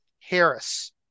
Harris